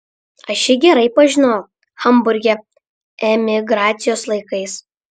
aš jį gerai pažinojau hamburge emigracijos laikais